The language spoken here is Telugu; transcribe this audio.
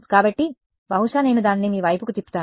కాబట్టి బహుశా నేను దానిని మీ వైపుకు తిప్పుతాను